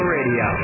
Radio